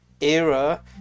era